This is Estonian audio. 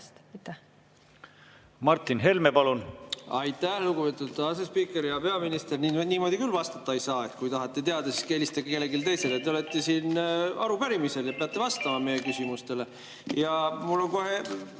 Martin Helme, palun! Aitäh, lugupeetud asespiiker! Hea peaminister! Niimoodi küll vastata ei saa, et kui tahate teada, siis helistage kellelegi teisele. Te olete siin arupärimisel ja peate vastama meie küsimustele. Ja mul on kohe